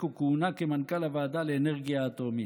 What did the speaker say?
וכהונה כמנכ"ל הוועדה לאנרגיה אטומית.